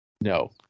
No